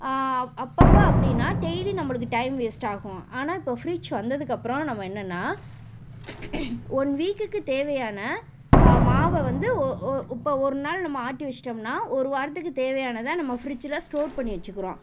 அப்பப்போ அப்படின்னா டெய்லி நம்மளுக்கு டைம் வேஸ்ட் ஆகும் ஆனால் இப்போது ஃப்ரிட்ஜ் வந்ததுக்கு அப்புறம் நம்ம என்னன்னால் ஒன் வீக்குக்குத் தேவையான மாவை வந்து ஒ ஒ இப்போ ஒரு நாள் நம்ம ஆட்டி வச்சிட்டோம்னா ஒரு வாரத்துக்குத் தேவையானதை நம்ம ஃப்ரிட்ஜில் ஸ்டோர் பண்ணி வச்சிக்கிறோம்